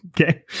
Okay